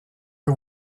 que